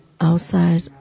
outside